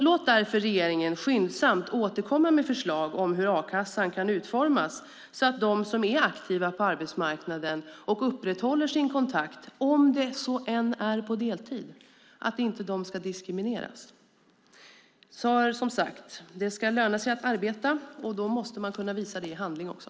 Låt därför regeringen skyndsamt återkomma med förslag om hur a-kassan kan utformas, så att de som är aktiva på arbetsmarknaden och upprätthåller sin kontakt, om det så är på deltid, inte diskrimineras. Det ska, som sagt, löna sig att arbeta. Då måste man kunna visa det i handling också.